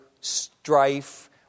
strife